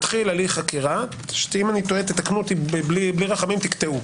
מתחיל הליך חקירה ותתקנו אותי אם אני טועה בלי רחמים ותקטעו